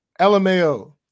LMAO